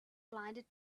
blinded